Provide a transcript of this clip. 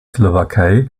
slowakei